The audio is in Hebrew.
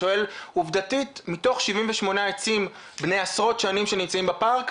אני שואל עובדתית מתוך 78 עצים בני עשרות שנים שנמצאים בפארק,